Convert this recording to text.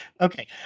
okay